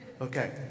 Okay